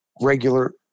regular